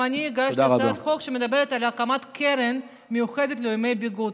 גם אני הגשתי הצעת חוק שמדברת על הקמת קרן מיוחדת לימי בידוד,